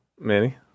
Manny